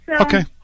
Okay